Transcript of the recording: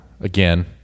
again